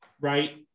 right